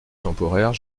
temporaire